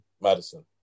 Madison